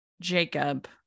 Jacob